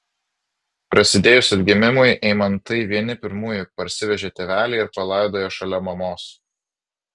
prasidėjus atgimimui eimantai vieni pirmųjų parsivežė tėvelį ir palaidojo šalia mamos